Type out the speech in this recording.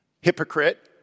Hypocrite